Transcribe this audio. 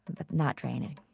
but not draining